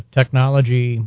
technology